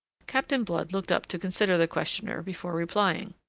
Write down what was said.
captain blood looked up to consider the questioner before replying.